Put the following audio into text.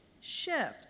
shift